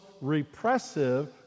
repressive